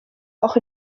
auch